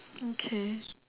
okay